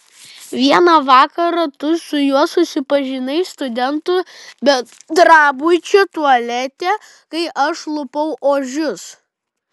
vieną vakarą tu su juo susipažinai studentų bendrabučio tualete kai aš lupau ožius